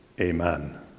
Amen